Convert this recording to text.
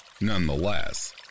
Nonetheless